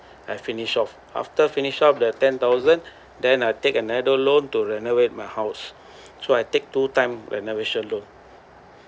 I finish off after finish off the ten thousand then I take another loan to renovate my house so I take two time renovation loan